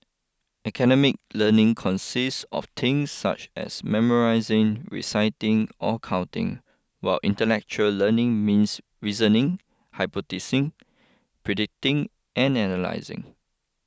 academic learning consists of things such as memorising reciting or counting while intellectual learning means reasoning hypothesising predicting and analysing